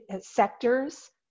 sectors